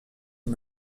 aux